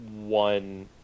one